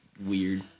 weird